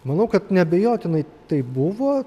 manau kad neabejotinai tai buvo